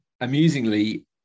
amusingly